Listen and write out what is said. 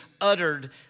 uttered